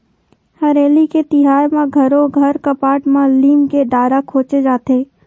हरेली के तिहार म घरो घर कपाट म लीम के डारा खोचे जाथे